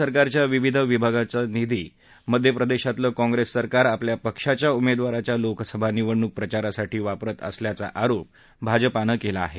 राज्यसरकारच्या विविध विभागाची निधी मध्यप्रदेशातल काँग्रेस सरकार आपल्या पक्षाच्या उमेदवाराच्या लोकसभा निवडणूक प्रचारासाठी करत असल्याचा आरोप भाजपानं केला आहे